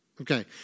Okay